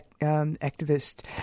activist